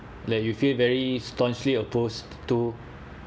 like you feel very staunchly opposed to